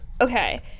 okay